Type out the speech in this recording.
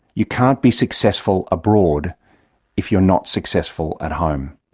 you can't be successful abroad if you're not successful at home.